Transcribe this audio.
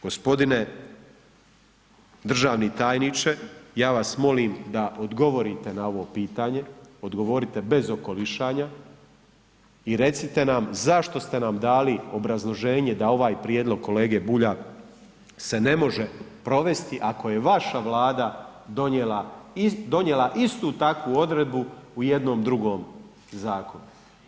Gospodine državni tajniče ja vas molim da odgovorite na ovo pitanje, odgovorite bez okolišanja i recite nam zašto ste nam dali obrazloženje da ovaj prijedlog kolege Bulja se ne može provesti, ako je vaša vlada donijela istu takvu odredbu u jednom drugom zakonu.